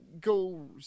go